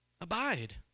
Abide